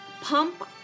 pump